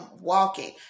walking